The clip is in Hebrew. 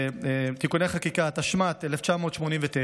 (תיקוני חקיקה), התשמ"ט 1989,